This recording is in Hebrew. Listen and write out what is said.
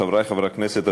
חברי חברי הכנסת,